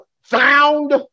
found